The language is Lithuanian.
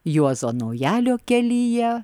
juozo naujalio kelyje